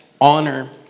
honor